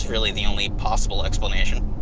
really the only possible explanation.